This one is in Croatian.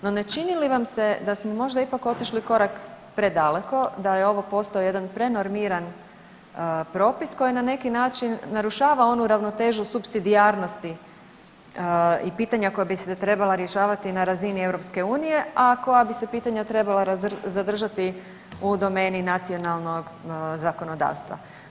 No, ne čini li vam se da smo možda ipak otišli korak predaleko, da je ovo postao jedan prenormiran propis koji na neki način narušava onu ravnotežu supsidijarnosti i pitanja koja bi se trebala rješavati na razini EU, a koja bi se pitanja trebala zadržati u domeni nacionalnog zakonodavstva.